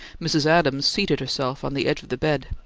mrs. adams seated herself on the edge of the bed.